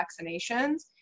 vaccinations